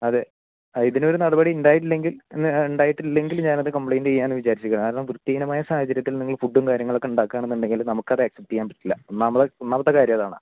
അതെ ആ ഇതിനൊരു നടപടി ഉണ്ടായിട്ടില്ലെങ്കിൽ ഉണ്ടായിട്ടില്ലെങ്കിൽ ഞാൻ അത് കംപ്ലെയ്ൻറ്റ് ചെയ്യാമെന്ന് വിചാരിച്ചേക്കാണ് കാരണം വൃത്തിഹീനമായ സാഹചര്യത്തിൽ നിങ്ങൾ ഫുഡും കാര്യങ്ങളൊക്കെ ഉണ്ടാക്കുകയാണെന്ന് ഉണ്ടെങ്കിൽ നമുക്ക് അത് ആക്സെപറ്റ് ചെയ്യാൻ പറ്റില്ലറ്റില്ല ഒന്നാമത് ഒന്നാമത്തെ കാര്യമതാണ്